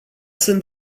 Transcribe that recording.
sunt